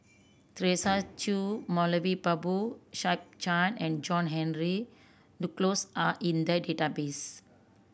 Teresa Hsu Moulavi Babu Sahib and John Henry Duclos are in the database